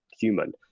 human